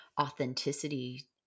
authenticity